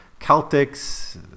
Celtics